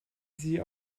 sie